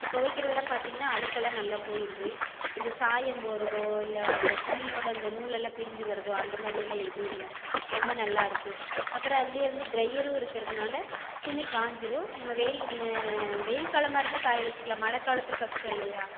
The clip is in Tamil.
இப்போ துவைக்கிறதலாம் பார்த்திங்கன்னா அழுக்கெல்லாம் நல்லா போயிருது அந்த சாயம் போகிறதோ இல்லை அந்த துணியோட அந்த நூலெல்லாம் பிரிஞ்சு வரதோ அந்த மாதிரியெல்லாம் ஏதும் இல்லை ரொம்ப நல்லா இருக்குது அப்புறோம் அதுலியே வந்து ட்ரையரும் இருக்கிறதுனால துணி காஞ்சிடும் நம்ம வெயில் நெ வெயில் காலமாக இருந்தால் காய வெச்சுக்கிலாம் மழைக்காலத்தில் கஷ்டோம் இல்லையா